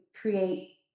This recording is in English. create